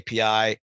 API